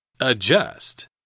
adjust